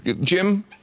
Jim